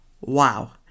Wow